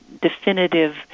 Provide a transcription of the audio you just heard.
definitive